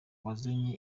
wazanye